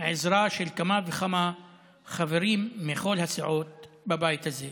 והעזרה של כמה וכמה חברים מכל הסיעות בבית הזה.